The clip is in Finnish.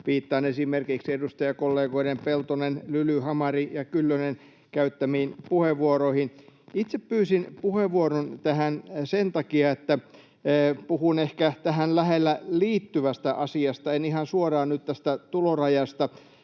viittaan esimerkiksi edustajakollegoiden Peltonen, Lyly, Hamari ja Kyllönen käyttämiin puheenvuoroihin. Itse pyysin puheenvuoron tähän sen takia, että puhun ehkä tähän läheisesti liittyvästä asiasta, en ihan suoraan nyt tästä tulorajasta.